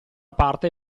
parte